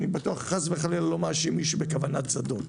ואני לא מאשים איש בכוונת זדון,